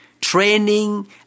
training